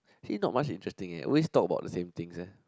he not much interesting eh always talk about the same things eh